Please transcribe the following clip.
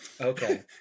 Okay